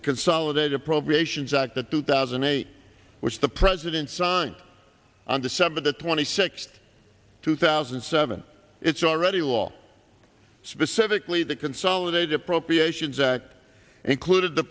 consolidated appropriations act that two thousand and eight which the president signed on december the twenty sixth two thousand and seven it's already law specifically the consolidate appropriations act included the